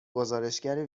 گزارشگر